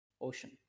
ocean